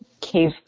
cave